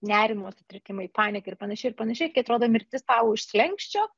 nerimo sutrikimai panika ir panašiai ir panašiai kai atrodo mirtis tau už slenksčio